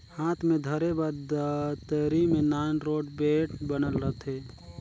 हाथ मे धरे बर दतरी मे नान रोट बेठ बनल रहथे